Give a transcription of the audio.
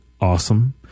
awesome